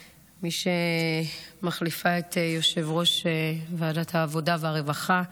שמחליפה את יושב-ראש ועדת העבודה והרווחה,